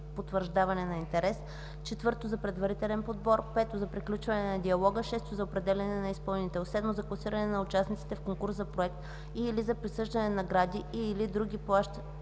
за потвърждаване на интерес; 4. за предварителен подбор; 5. за приключване на диалога; 6. за определяне на изпълнител; 7. за класиране на участниците в конкурс за проект и/или за присъждане на награди и/или други плащания